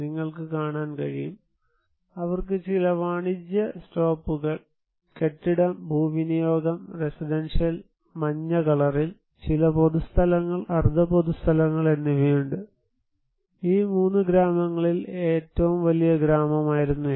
നിങ്ങൾക്ക് കാണാൻ കഴിയും അവർക്ക് ചില വാണിജ്യ സ്റ്റോപ്പുകൾ കെട്ടിടം ഭൂവിനിയോഗം റെസിഡൻഷ്യൽ മഞ്ഞ കളറിൽ ചില പൊതുസ്ഥലങ്ങൾ അർദ്ധ പൊതുസ്ഥലങ്ങൾ എന്നിവയുണ്ട് ഈ 3 ഗ്രാമങ്ങളിൽ ഏറ്റവും വലിയ ഗ്രാമമായിരുന്നു ഇത്